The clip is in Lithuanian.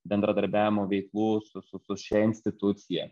bendradarbiavimo veiklų su su su šia institucija